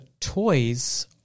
toys